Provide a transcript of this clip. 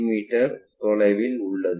me தொலைவில் உள்ளது